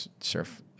surf